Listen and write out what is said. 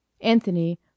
Anthony